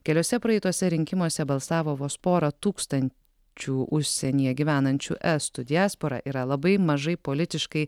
keliuose praeituose rinkimuose balsavo vos pora tūkstančių užsienyje gyvenančių estų diaspora yra labai mažai politiškai